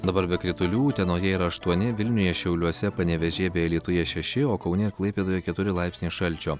dabar be kritulių utenoje yra aštuoni vilniuje šiauliuose panevėžyje bei alytuje šeši o kaune klaipėdoje keturi laipsniai šalčio